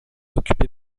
occupé